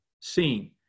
seen